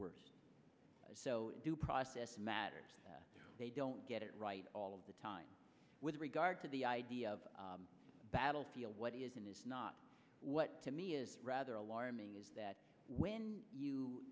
worst due process matter they don't get it right all of the time with regard to the idea of battlefield what is and is not what to me is rather alarming is that when you